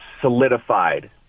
solidified